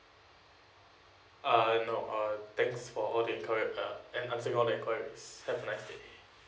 ah no uh thanks for all the enquiry uh and answer all the enquiries have a nice day